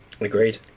Agreed